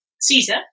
Caesar